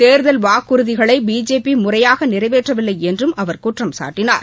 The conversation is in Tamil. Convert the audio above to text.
தேர்தல் வாக்குறதிகளை பிஜேபி முறையாக நிறைவேற்றவில்லை என்றும் அவர் குற்றம்சாட்டினார்